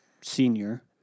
senior